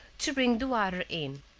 to bring the water in.